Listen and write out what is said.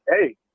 hey